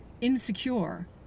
insecure